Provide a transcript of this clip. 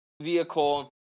vehicle